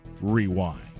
rewind